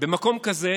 במקום כזה